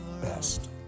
best